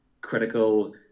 critical